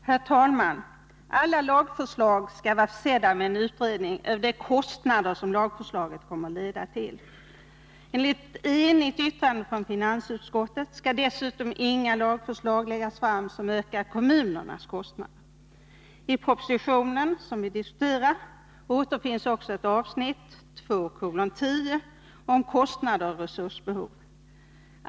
Herr talman! Varje lagförslag skall vara försett med en utredning över de kostnader som lagförslaget kommer att leda till. Enligt ett enhälligt yttrande från finansutskottet skall dessutom inga lagförslag läggas fram som ökar kommunernas kostnader. I proposition 1981/82:168 återfinns också ett avsnitt, 2:10, om kostnader och resursbehov.